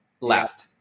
left